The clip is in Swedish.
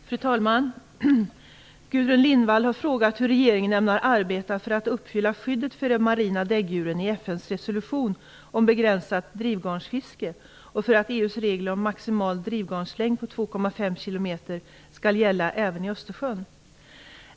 Fru talman! Gudrun Lindvall har frågat hur regeringen ämnar arbeta för att uppfylla skyddet för de marina däggdjuren i FN:s resolution om begränsat drivgarnsfiske och för att EU:s regler om maximal drivgarnslängd på 2,5 km skall gälla även i Östersjön.